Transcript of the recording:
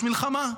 יש מלחמה,